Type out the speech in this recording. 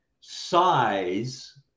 size